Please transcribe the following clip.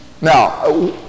Now